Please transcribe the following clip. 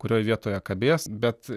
kurioj vietoje kabės bet